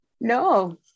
No